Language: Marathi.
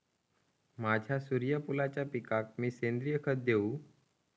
माझ्या सूर्यफुलाच्या पिकाक मी सेंद्रिय खत देवू?